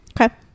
Okay